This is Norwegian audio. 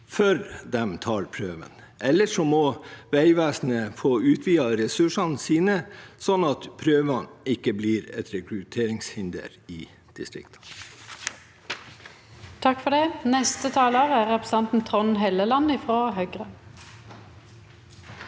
før de tar prøven – eller at Vegvesenet får utvidet ressursene sine, slik at ikke prøven blir et rekrutteringshinder i distriktene.